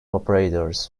operators